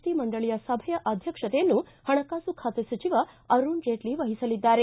T ಮಂಡಳಿಯ ಸಭೆಯ ಅಧ್ಯಕ್ಷತೆಯನ್ನು ಹಣಕಾಸು ಖಾತೆ ಸಚಿವ ಅರುಣ್ ಜೇಟ್ನ ವಹಿಸಲಿದ್ದಾರೆ